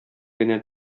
генә